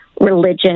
religion